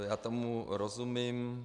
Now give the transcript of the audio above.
Já tomu rozumím.